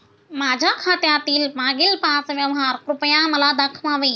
माझ्या खात्यातील मागील पाच व्यवहार कृपया मला दाखवावे